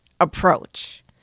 approach